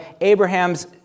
Abraham's